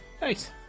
Nice